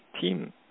team